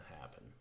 happen